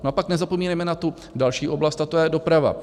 A pak nezapomínejme na tu další oblast, a to je doprava.